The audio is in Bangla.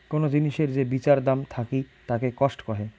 কোন জিনিসের যে বিচার দাম থাকিতাকে কস্ট কহে